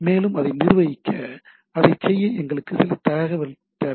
மேலும் இதை நிர்வகிக்க அதைச் செய்ய எங்களுக்கு சில தகவல்கள் தேவை